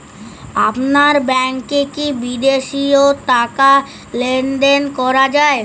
আপনার ব্যাংকে কী বিদেশিও টাকা লেনদেন করা যায়?